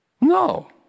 No